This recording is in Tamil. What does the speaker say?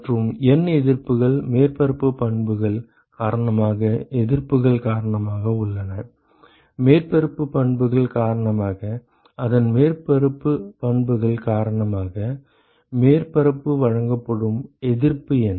மற்றும் N எதிர்ப்புகள் மேற்பரப்பு பண்புகள் காரணமாக எதிர்ப்புகள் காரணமாக உள்ளன மேற்பரப்பு பண்புகள் காரணமாக அதன் மேற்பரப்பு பண்புகள் காரணமாக மேற்பரப்பு வழங்கும் எதிர்ப்பு என்ன